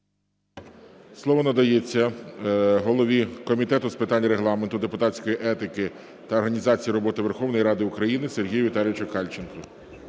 Слово надається голові Комітету з питань Регламенту, депутатської етики та організації роботи Верховної Ради України Сергію Віталійовичу Кальченку.